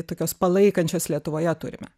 tokios palaikančios lietuvoje turime